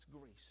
grace